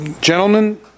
Gentlemen